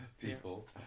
people